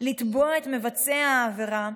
לתבוע את מבצע העבירה,